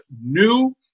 new